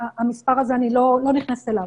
המספר הזה, אני לא נכנסת אליו,